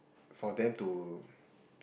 for them to